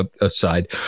aside